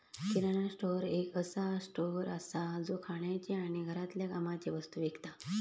किराणा store एक असो store असा जो खाण्याचे आणि घरातल्या कामाचे वस्तु विकता